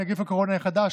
נגיף הקורונה החדש)